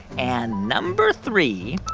and number three,